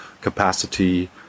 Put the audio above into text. capacity